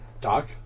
Doc